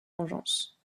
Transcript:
vengeance